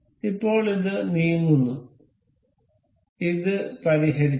അതിനാൽ ഇപ്പോൾ ഇത് നീങ്ങുന്നു ഇത് പരിഹരിച്ചു